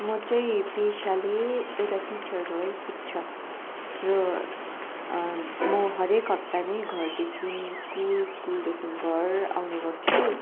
म चाहिँ पेसाले एउटा टिचर हो शिक्षक र म हरेक हप्ता नै घरदेखि स्कुल स्कुलदेखि घर आउने गर्छु